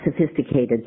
sophisticated